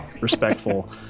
respectful